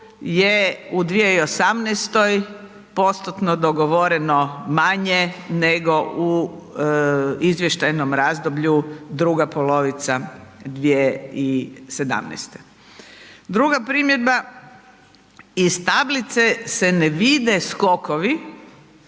je u 2018. postotno dogovoreno manje nego u izvještajnom razdoblju druga polovica 2017. Druga primjedba, iz tablice se ne vide skokovi